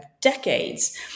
decades